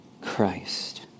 Christ